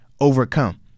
overcome